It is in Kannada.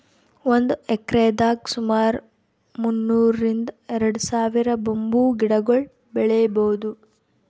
ಒಂದ್ ಎಕ್ರೆದಾಗ್ ಸುಮಾರ್ ಮುನ್ನೂರ್ರಿಂದ್ ಎರಡ ಸಾವಿರ್ ಬಂಬೂ ಗಿಡಗೊಳ್ ಬೆಳೀಭೌದು